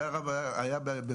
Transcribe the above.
אני לא יודע.